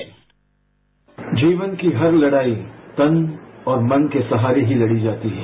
bite जीवन की हर लड़ाई तन और मन के सहारे ही लड़ी जाती है